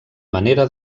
manera